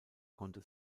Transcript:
konnte